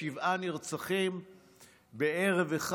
שבעה נרצחים בערב אחד,